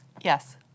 Yes